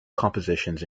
compositions